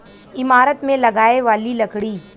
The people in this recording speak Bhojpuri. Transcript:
ईमारत मे लगाए वाली लकड़ी